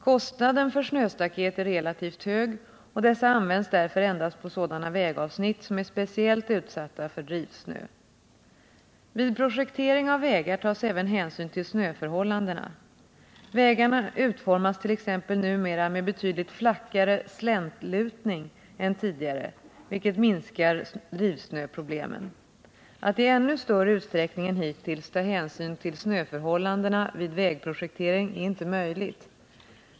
Kostnaden för snöstaket är relativt hög, och dessa används därför endast på sådana vägavsnitt som är speciellt utsatta för drivsnö. Vid projektering av vägar tas även hänsyn till snöförhållandena. Vägarna utformas t.ex. numera med betydligt flackare släntlutning än tidigare, vilket minskar drivsnöproblemen. Att i ännu större utsträckning än hittills ta hänsyn till snöförhållandena vid vägprojektering är inte möjligt.